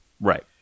Right